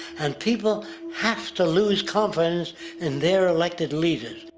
and people have to lose confidence in their elected leaders.